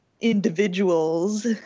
individuals